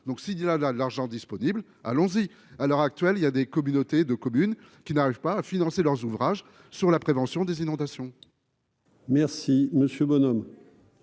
donc, s'il dit la la l'argent disponible, allons-y, à l'heure actuelle, il y a des communautés de communes qui n'arrive pas à financer leurs ouvrages sur la prévention des inondations. Merci Monsieur bonhomme.